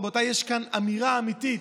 רבותיי, יש כאן אמירה אמיתית.